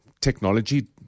technology